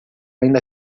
ainda